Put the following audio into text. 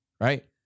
Right